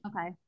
Okay